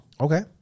Okay